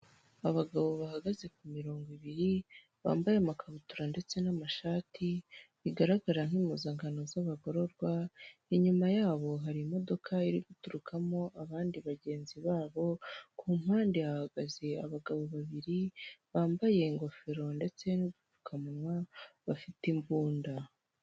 Abagabo bahagaze ku mirongo ibiri bambaye amakabutura ndetse n'amashati bigaragara nk'impuzankano z'abagororwa inyuma yabo hari imodoka iri guturukamo abandi bagenzi babo ku mpande hahagaze abagabo babiri bambaye ingofero ndetse nudupfukamunwa bafite imbunda .